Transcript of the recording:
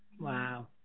Wow